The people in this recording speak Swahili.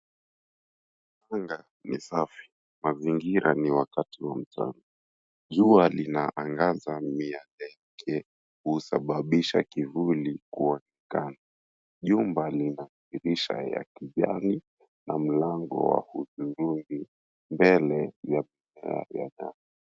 Anga ni safi. Mazingira ni wakati wa mchana. Jua linaangaza miale ke husababisha kivuli kuonekana. Jumba lina dirisha ya kijani na mlango wa hudhurungi mbele